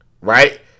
Right